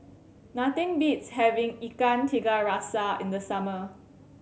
nothing beats having Ikan Tiga Rasa in the summer